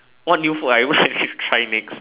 what new food I want to try next